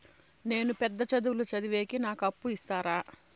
నేను పెద్ద చదువులు చదివేకి నాకు అప్పు ఇస్తారా